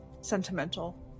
sentimental